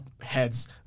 Heads